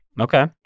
okay